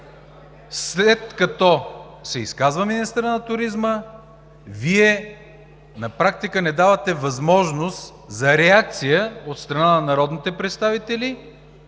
След като се изказа министърът на туризма, Вие на практика по никакъв начин не давате възможност за реакция от страна на народните представители